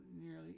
nearly